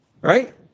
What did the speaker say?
Right